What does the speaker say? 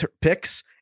picks